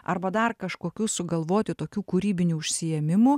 arba dar kažkokių sugalvoti tokių kūrybinių užsiėmimų